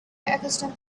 accustomed